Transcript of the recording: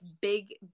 big